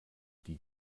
die